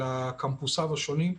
על קמפוסיו השונים,